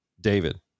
David